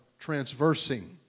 transversing